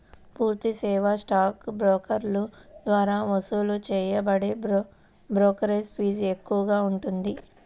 పూర్తి సేవా స్టాక్ బ్రోకర్ల ద్వారా వసూలు చేయబడే బ్రోకరేజీ ఫీజు ఎక్కువగా ఉంటుంది